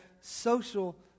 social